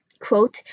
quote